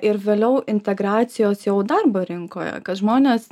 ir vėliau integracijos jau darbo rinkoje kad žmonės